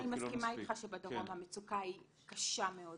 אני מסכימה איתך שבדרום המצוקה היא קשה מאוד.